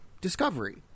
Discovery